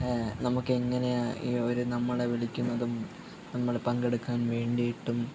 നമുക്ക് എങ്ങനെയാണ് ഇവർ നമ്മളെ വിളിക്കുന്നതും നമ്മൾ പങ്കെടുക്കാൻ വേണ്ടിയിട്ടും